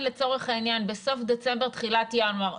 לצורך העניין בסוף דצמבר-תחילת ינואר,